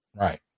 Right